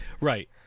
Right